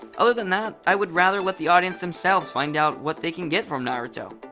other than that, i would rather let the audience themselves find out what they can get from naruto.